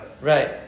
Right